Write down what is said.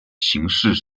刑事